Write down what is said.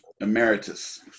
Emeritus